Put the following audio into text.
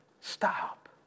Stop